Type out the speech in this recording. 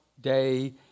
day